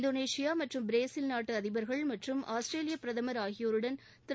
Indonesia மற்றும் Brazil நாட்டு அதிபர்கள் மற்றும் ஆஸ்திரேலிய பிரதமர் ஆகியோருடன் திரு